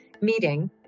meeting